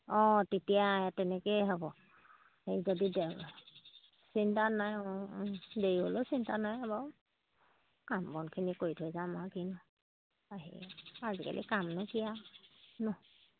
অঁ তেতিয়া তেনেকেই হ'ব হেৰি যদি দেও চিন্তা নাই অঁ অঁ দেৰি হ'লেও চিন্তা নাই বাৰু কাম বনখিনি কৰি থৈ যাম আৰু কিনো আহি আজিকালি কামনো কি আৰু নহ্